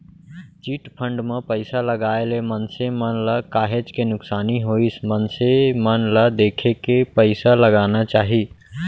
chit fund म पइसा लगाए ले मनसे मन ल काहेच के नुकसानी होइस मनसे मन ल देखे के पइसा लगाना चाही